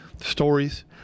stories